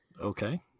Okay